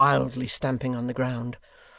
wildly stamping on the ground,